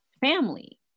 family